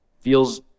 feels